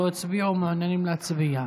שלא הצביעו ומעוניינים להצביע?